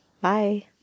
Bye